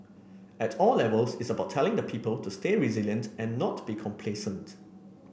at all levels it's about telling the people to stay resilient and not be complacent